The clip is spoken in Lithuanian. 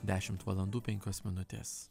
dešimt valandų penkios minutės